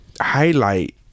highlight